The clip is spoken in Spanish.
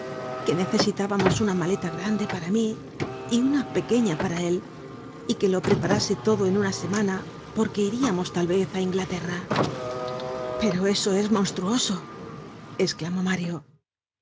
que necesitábamos una maleta grande para mí y una pequeña para él y que lo preparase todo en una semana porque iríamos tal vez á inglaterra pero eso es monstruoso esclamó mario y